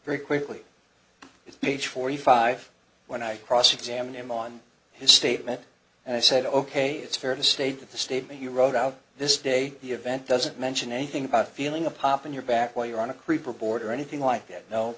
very quickly it's age forty five when i cross examine him on his statement and i said ok it's fair to state that the statement you wrote out this day the event doesn't mention anything about feeling a pop in your back while you're on a creeper board or anything like that no